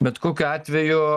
bet kokiu atveju